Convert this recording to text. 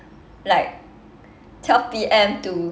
like twelve P_M to